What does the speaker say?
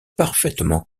parfaitement